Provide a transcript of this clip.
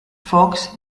fox